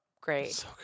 great